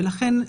לכן,